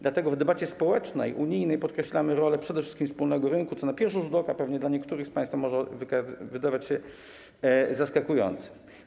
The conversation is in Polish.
Dlatego w debacie społecznej, unijnej podkreślamy rolę przede wszystkim wspólnego rynku, co na pierwszy rzut oka pewnie dla niektórych z państwa może wydawać się zaskakujące.